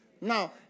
Now